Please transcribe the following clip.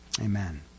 Amen